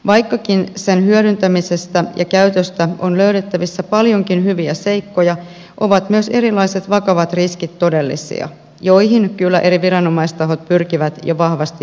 vaikkakin sen hyödyntämisestä ja käytöstä on löydettävissä paljonkin hyviä seikkoja ovat myös erilaiset vakavat riskit todellisia joihin kyllä eri viranomaistahot pyrkivät jo vahvasti puuttumaan